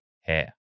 hair